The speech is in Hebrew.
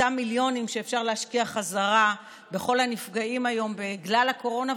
את אותם מיליונים אפשר להשקיע בחזרה בכל הנפגעים היום בגלל הקורונה,